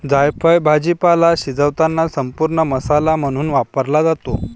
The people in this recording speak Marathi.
जायफळ भाजीपाला शिजवताना संपूर्ण मसाला म्हणून वापरला जातो